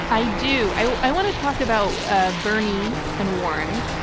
i do. i i want to talk about ah bernie and warren.